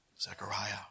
Zechariah